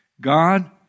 God